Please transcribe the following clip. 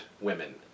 women